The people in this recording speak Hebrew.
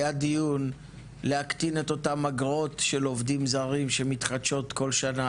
היה דיון להקטין את אותם האגרות של עובדים זרים שמתחדשות כל שנה,